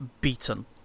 beaten